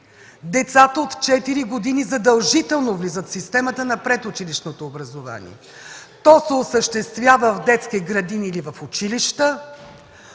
Децата от 4 години задължително влизат в системата на предучилищното образование. То се осъществява в детски градини или в училища